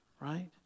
Right